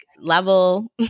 level